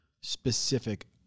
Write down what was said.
specific